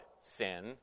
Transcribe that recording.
sin